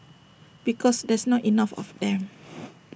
because there's not enough of them